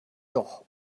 doch